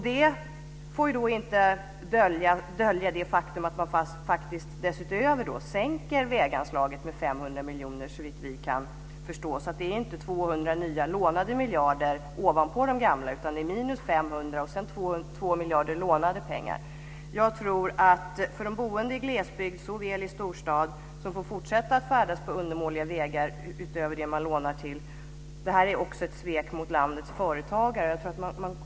Det får inte dölja det faktum att man faktiskt utöver det sänker väganslaget med 500 miljoner, såvitt vi kan förstå. Det är inte 200 nya lånade miljarder ovanpå de gamla, utan det är minus 500 och sedan 2 miljarder i lånade pengar. Utöver att de boende i glesbygd såväl som i storstad får fortsätta att färdas på undermåliga vägar, bortsett från det man kan göra med de pengar man lånar till, tror jag att detta är ett svek mot landets företagare.